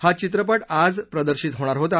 हा चित्रपट आज प्रदर्शित होणार होता